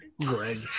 Greg